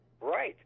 Right